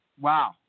Wow